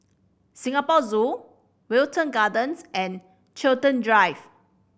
Singapore Zoo Wilton Gardens and Chiltern Drive